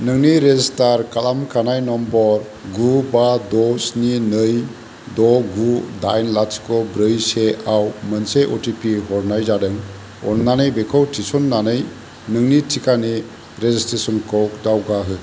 नोंनि रेजिस्टार खालामखानाय नम्बर गु बा द' स्नि नै द' गु दाइन लाथिख' ब्रै से आव मोनसे अ टि पि हरनाय जादों अन्नानै बेखौ थिसन्नानै नोंनि टिकानि रेजिसट्रेसनखौ दावगाहो